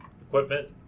Equipment